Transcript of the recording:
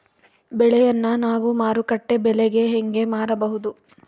ಬೆಳೆಯನ್ನ ನಾವು ಮಾರುಕಟ್ಟೆ ಬೆಲೆಗೆ ಹೆಂಗೆ ಮಾರಬಹುದು?